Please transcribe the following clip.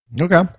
Okay